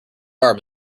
are